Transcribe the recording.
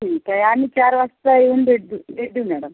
ठीक आहे आम्ही चार वाजता येऊन भेट दी भेट देऊ मॅडम